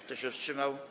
Kto się wstrzymał?